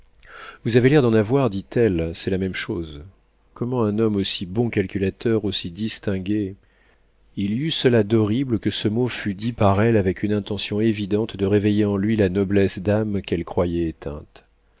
vous avez l'air d'en avoir dit-elle c'est la même chose comment un homme aussi bon calculateur aussi distingué il y eut cela d'horrible que ce mot fut dit par elle avec une intention évidente de réveiller en lui la noblesse d'âme qu'elle croyait éteinte